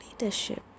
leadership